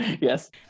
Yes